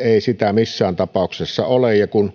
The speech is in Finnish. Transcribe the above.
ei sitä missään tapauksessa ole ja kun